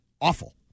awful